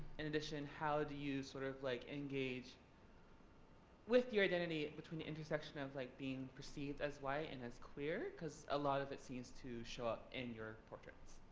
in addition, how do you sort of like engage with your identity between the intersection of like being perceived as white and as queer because a lot of it seems to show up in your portraits?